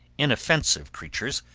inoffensive creatures,